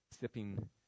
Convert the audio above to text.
sipping